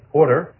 order